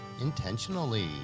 intentionally